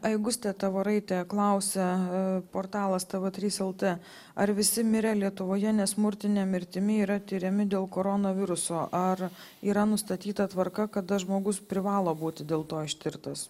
aigustė tavoraitė klausia portalas tv trys lt ar visi mirę lietuvoje nesmurtine mirtimi yra tiriami dėl koronaviruso ar yra nustatyta tvarka kada žmogus privalo būti dėl to ištirtas